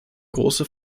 große